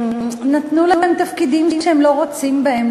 נתנו להם תפקידים שהם לא רוצים בהם,